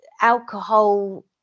alcohol